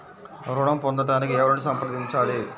ఋణం పొందటానికి ఎవరిని సంప్రదించాలి?